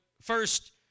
first